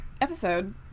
episode